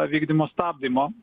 vykdymo stabdymo